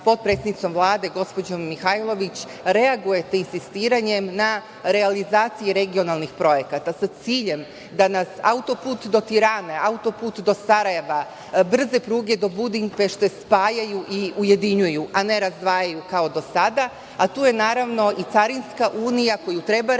potpredsednicom Vlade gospođom Mihajlović, reagujete insistiranjem na realizaciji regionalnih projekata, sa ciljem da nas autoput do Tirane, autoput do Sarajeva, brze pruge do Budimpešte spajaju i ujedinjuju, a ne razdvajaju kao do sada, a tu je, naravno, i carinska unija, koju treba realizovati,